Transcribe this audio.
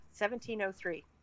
1703